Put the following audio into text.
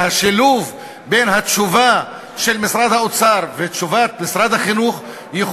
והשילוב בין התשובה של משרד האוצר לתשובת משרד החינוך יכול